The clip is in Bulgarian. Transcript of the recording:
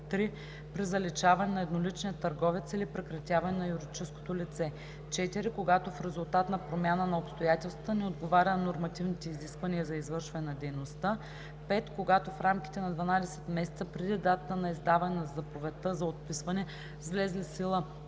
3. при заличаване на едноличния търговец или прекратяване на юридическото лице; 4. когато в резултат на промяна на обстоятелствата не отговаря на нормативните изисквания за извършване на дейността; 5. когато в рамките на 12 месеца преди датата на издаване на заповедта за отписване с влезли в сила